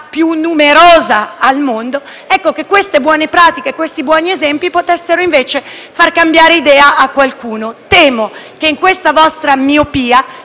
più numerosa al mondo - che queste buone pratiche e questi buoni esempi potessero far cambiare idea a qualcuno. Temo che in questa vostra miopia